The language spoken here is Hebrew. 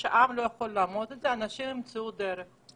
אנשים ימצאו דרך.